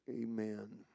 Amen